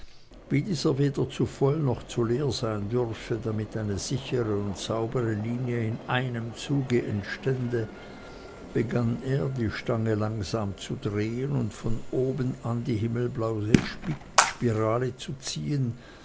wie dieser weder zu voll noch zu leer sein dürfe damit eine sichere und saubere linie in einem zuge entstände begann er die stange langsam zu drehen und von oben an die himmelblaue spirale zu ziehen